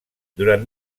durant